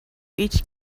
each